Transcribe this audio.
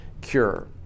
cure